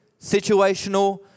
Situational